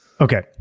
Okay